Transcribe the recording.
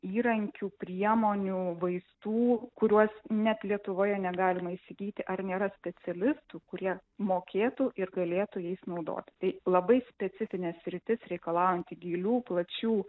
įrankių priemonių vaistų kuriuos net lietuvoje negalima įsigyti ar nėra specialistų kurie mokėtų ir galėtų jais naudot labai specifinė sritis reikalaujanti gilių plačių